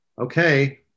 okay